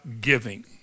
giving